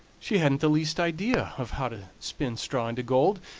she hadn't the least idea of how to spin straw into gold,